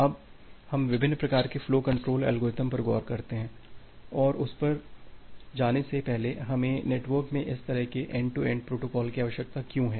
अब हम विभिन्न प्रकार के फ्लो कंट्रोल एल्गोरिदम पर गौर करते हैं और उस पर जाने से पहले हमें नेटवर्क में इस तरह के एंड टू एंड प्रोटोकॉल की आवश्यकता क्यों है